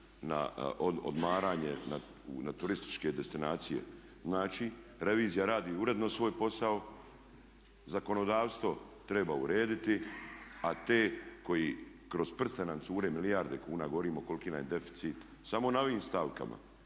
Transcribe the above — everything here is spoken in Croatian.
na odmaranje, na turističke destinacije? Znači revizija radi uredno svoj posao, zakonodavstvo treba urediti a te koji, kroz prste nam cure milijarde kuna, govorim koliki nam je deficit samo na ovim stavkama